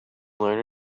learn